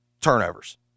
turnovers